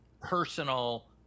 personal